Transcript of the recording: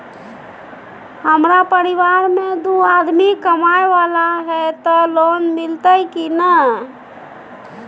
हमरा परिवार में दू आदमी कमाए वाला हे ते लोन मिलते की ने?